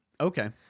Okay